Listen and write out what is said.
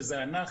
ואלה